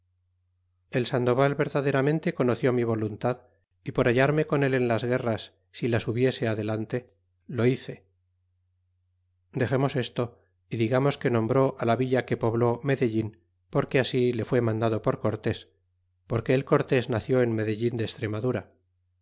el sandoval verdaderamente conoció mi voluntad y por hallarme con él en las guerras si las hubiese adelante lo hice dexemos desto y digamos que nombró la villa que pobló medellin porque así le fué mandado por cortés porque el cortés nació en medellín de extremadura